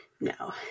No